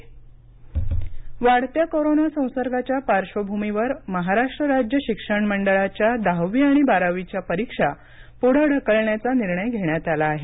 दहावी बारावी वाढत्या कोरोना संसर्गाच्या पार्श्वभूमीवर महाराष्ट्र राज्य शिक्षण मंडळाच्या दहावी आणि बारावीच्या परीक्षा पुढे ढकलण्याचा निर्णय घेण्यात आला आहे